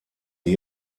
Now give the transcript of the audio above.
der